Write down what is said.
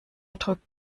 drückt